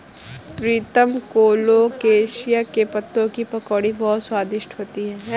प्रीतम colocasia के पत्तों की पकौड़ी बहुत स्वादिष्ट होती है